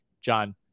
John